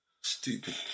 Stupid